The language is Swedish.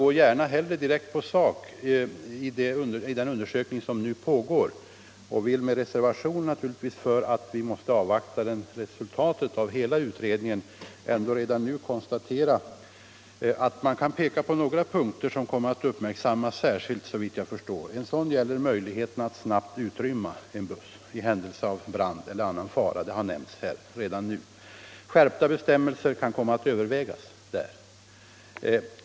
Jag går hellre direkt på sak och till den undersökning som nu pågår men vill naturligtvis reservera mig, eftersom vi måste avvakta resultatet av hela utredningen. Jag kan ändå redan nu konstatera att några punkter särskilt kommer att uppmärksammas. En sådan gäller möjligheterna att snabbt utrymma en buss i händelse av brand eller annan fara. Detta har redan nämnts här. Skärpta bestämmelser kan komma att övervägas.